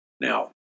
Now